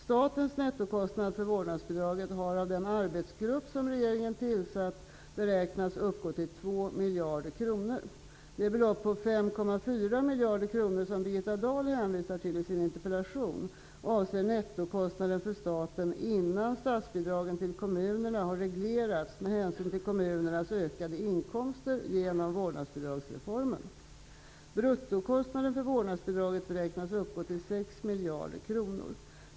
Statens nettokostnad för vårdnadsbidraget har av den arbetsgrupp som regeringen har tillsatt beräknats uppgå till 2 miljarder kronor. Det belopp på 5,4 miljarder kronor som Birgitta Dahl hänvisar till i sin interpellation avser nettokostnaden för staten innan statsbidragen till kommunerna har reglerats med hänsyn till kommunernas ökade inkomster genom vårdnadsbidragsreformen. Bruttokostnaden för vårdnadsbidraget beräknas uppgå till 6 miljarder kronor.